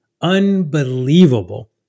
unbelievable